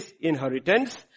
inheritance